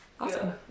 Awesome